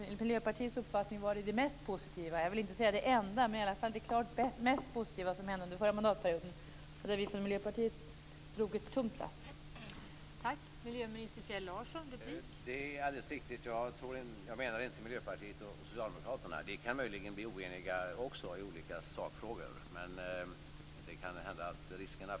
Enligt Miljöpartiets uppfattning var den det mest positiva - jag vill inte säga det enda positiva - som kom under den förra mandatperioden. Vi från Miljöpartiet drog i det sammanhanget ett tungt lass.